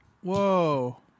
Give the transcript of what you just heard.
Whoa